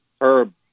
Herb